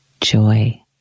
joy